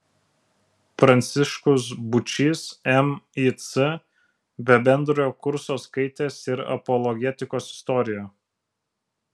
pranciškus būčys mic be bendrojo kurso skaitęs ir apologetikos istoriją